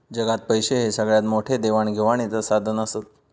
जगात पैशे हे सगळ्यात मोठे देवाण घेवाणीचा साधन आसत